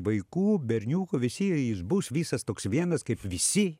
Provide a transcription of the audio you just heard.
vaikų berniukų visi jie išbus visas toks vienas kaip visi